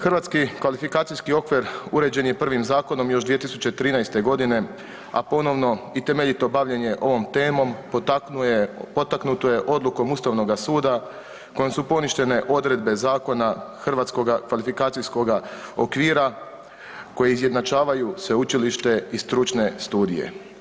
Hrvatski kvalifikacijski okvir uređen je prvim zakonom još 2013. godine, a ponovno i temeljito bavljenje ovom temom potaknuto je odlukom Ustavnoga suda kojom su poništene odredbe Zakona Hrvatskoga kvalifikacijskog okvira koje izjednačavaju sveučilište i stručne studije.